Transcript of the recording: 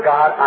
God